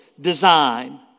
design